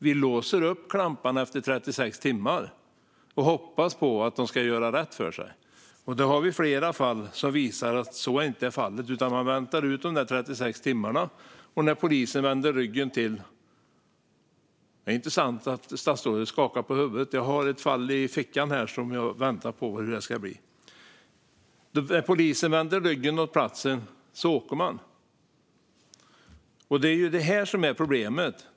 Vi låser upp klamparna efter 36 timmar och hoppas på att man ska göra rätt för sig. Det finns flera fall som visar att så inte är fallet. Man väntar ut det där 36 timmarna, och när polisen vänder ryggen till åker man. Det är intressant att statsrådet skakar på huvudet. Jag har ett exempel i fickan, ett fall som jag väntar på hur det ska bli. Det är det här som är problemet.